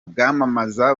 bwamamaza